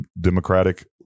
Democratic